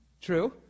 True